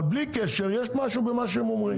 אבל בלי קשר יש משהו במה שהם אומרים,